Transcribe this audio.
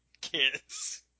kids